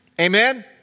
Amen